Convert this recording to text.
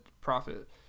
profit